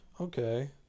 Okay